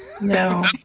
No